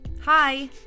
Hi